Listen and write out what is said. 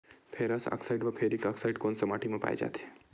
Ferrous oxide व ferric oxide कोन सा माटी म पाय जाथे?